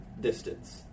distance